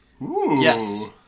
Yes